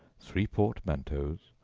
three portmanteaus,